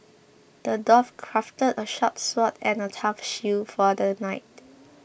the dwarf crafted a sharp sword and a tough shield for the knight